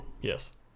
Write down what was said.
Yes